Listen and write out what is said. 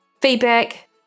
feedback